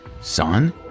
son